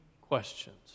questions